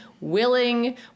willing